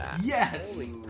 yes